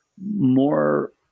more